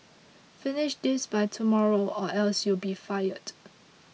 finish this by tomorrow or else you'll be fired